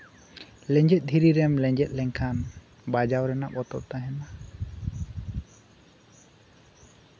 ᱞᱮᱸᱡᱮᱛ ᱫᱷᱤᱨᱤ ᱨᱮᱢ ᱞᱮᱸᱡᱮᱛ ᱞᱮᱱᱠᱷᱟᱱ ᱵᱟᱡᱟᱣ ᱨᱮᱱᱟᱜ ᱵᱚᱛᱚᱨ ᱛᱟᱦᱮᱱᱟ